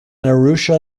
arusha